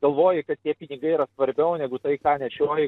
galvoji kad tie pinigai yra svarbiau negu tai ką nešioji